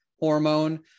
hormone